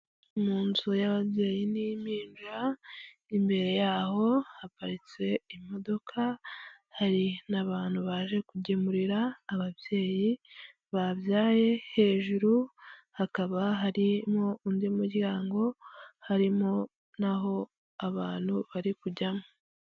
Mu nzu y'ababyeyi n'impinja imbere yaho haparitse imodoka, hari nabantu baje kugemurira ababyeyi babyaye, hejuru hakaba harimo undi muryango harimo naho abantu bari kujyamo.